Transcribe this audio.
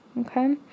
Okay